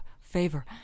favor